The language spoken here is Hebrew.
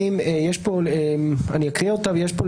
אני אקריא אותה ויש פה,